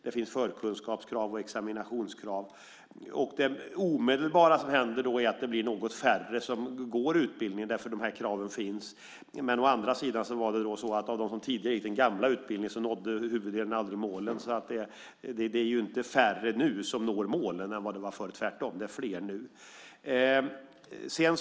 Det finns förkunskapskrav och examinationskrav. Det omedelbara som händer är att det blir något färre som går utbildningen därför att de här kraven finns. Å andra sidan nådde merparten av dem som tidigare gick den gamla utbildningen aldrig målen, så det är inte färre som nu når målen än det var förr. Tvärtom är det nu fler.